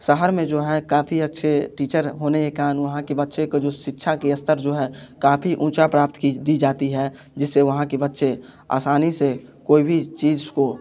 shower में जो है काफ़ी अच्छे टीचर होने के कारण वहाँ के बच्चे को जो शिक्षा के स्तर जो है काफ़ी ऊँचा प्राप्त की दी जाती है जिससे वहाँ के बच्चे आसानी से कोई भी चीज को